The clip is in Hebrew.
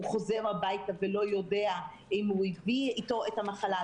הוא חוזר הביתה ולא יודע אם הוא הביא אתו את המחלה,